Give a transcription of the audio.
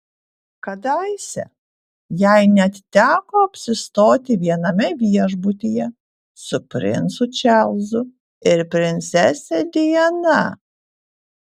kadaise jai net teko apsistoti viename viešbutyje su princu čarlzu ir princese diana